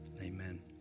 Amen